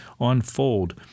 unfold